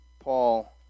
Paul